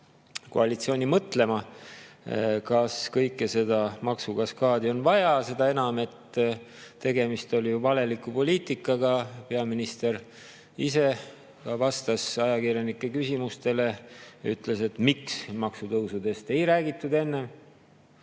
koalitsiooni mõtlema, kas kogu seda maksukaskaadi on vaja, seda enam, et tegemist oli ju valeliku poliitikaga. Peaminister ise vastas ajakirjanike küsimustele, ütles, miks maksutõusudest ei räägitud enne,